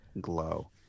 glow